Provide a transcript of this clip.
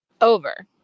Over